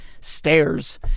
stairs